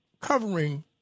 covering